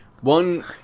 One